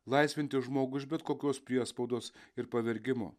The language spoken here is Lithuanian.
laisvinti žmogų iš bet kokios priespaudos ir pavergimo